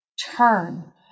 turn